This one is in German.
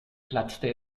platzte